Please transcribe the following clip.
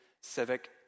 civic